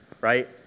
right